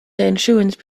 insurance